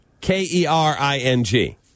K-E-R-I-N-G